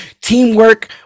teamwork